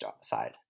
side